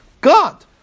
God